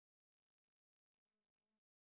ya then